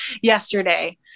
yesterday